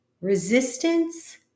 resistance